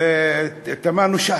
ותמנו-שטה.